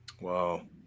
Wow